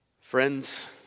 Friends